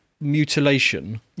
mutilation